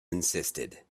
insisted